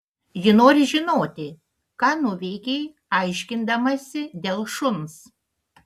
ji nori žinoti ką nuveikei aiškindamasi dėl šuns